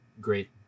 great